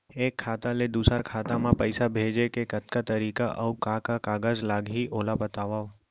एक खाता ले दूसर खाता मा पइसा भेजे के कतका तरीका अऊ का का कागज लागही ओला बतावव?